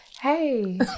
hey